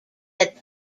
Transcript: that